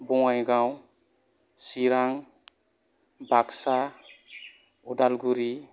Bongaigaon Chirang Baksa Udalguri